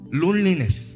loneliness